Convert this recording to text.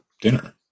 dinner